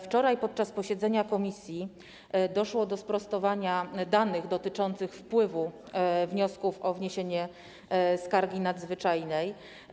Wczoraj podczas posiedzenia komisji doszło do sprostowania danych dotyczących wpływu wniosków o wniesienie skargi nadzwyczajnej.